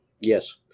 Yes